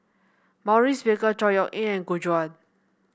Maurice Baker Chor Yeok Eng and Gu Juan